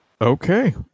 Okay